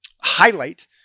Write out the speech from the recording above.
highlight